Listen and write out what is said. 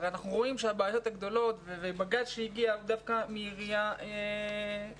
הרי אנחנו רואים שהבעיות הגדולות בגל שהגיע היו דווקא מעירייה כללית,